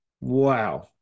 Wow